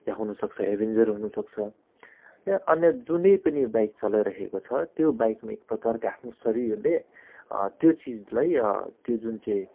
या हुनुसक्छ एभेन्जर हुनुसक्छ या अन्य जुनै पनि बाइक चलाइरहेको छ त्यो बाइकमा एक प्रकारको आफ्नो शरीरले त्यो चिजलाई त्यो जुन चाहिँ